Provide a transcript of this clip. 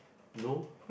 no